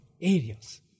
areas